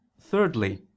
Thirdly